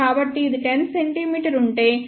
కాబట్టి ఇది 10 cm ఉంటే 1